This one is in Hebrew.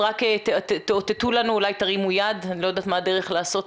אני רואה